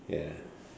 ya